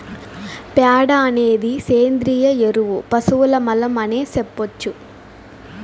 ప్యాడ అనేది సేంద్రియ ఎరువు పశువుల మలం అనే సెప్పొచ్చు